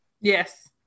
Yes